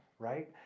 Right